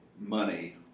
money